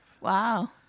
Wow